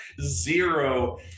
zero